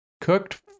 Cooked